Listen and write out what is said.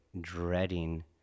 dreading